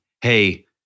hey